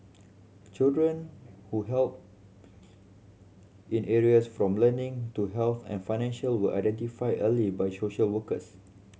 children who help in areas from learning to health and finance were identified early by social workers